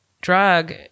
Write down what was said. drug